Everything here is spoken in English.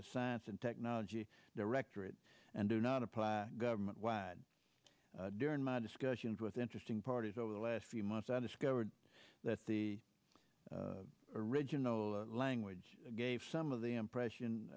the science and technology directorate and do not apply government wide during my discussions with interesting parties over the last few months i discovered that the original language gave some of the impression